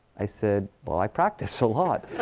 i said, well, i practice a lot.